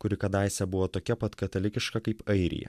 kuri kadaise buvo tokia pat katalikiška kaip airija